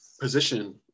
position